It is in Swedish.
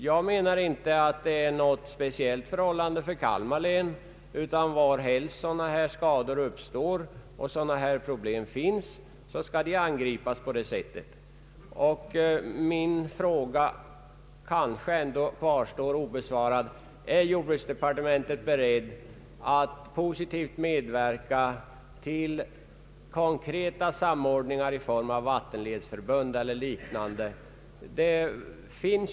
Jag menar inte att några speciella förhållanden råder i Kalmar län, utan var helst sådana här skador uppstår och sådana här problem finns så skall åtgärder vidtas. En fråga kanske ändå kvarstår obesvarad: Är jordbruksdepartementet berett att positivt medverka till konkreta samordningar i form av vattenvårdsförbund eller liknande sammanslutningar?